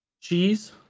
cheese